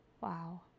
wow